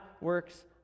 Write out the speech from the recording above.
works